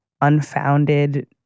unfounded